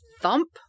Thump